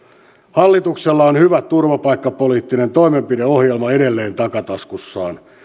hallituksella on hyvä turvapaikkapoliittinen toimenpideohjelma edelleen takataskussaan